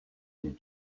des